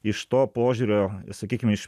iš to požiūrio sakykim iš